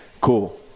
Cool